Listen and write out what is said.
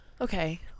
Okay